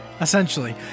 Essentially